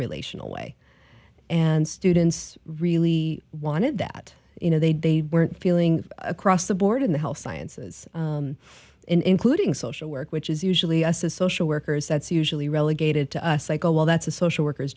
relational way and students really wanted that you know they weren't feeling across the board in the health sciences including social work which is usually us as social workers that's usually relegated to us like oh well that's a social workers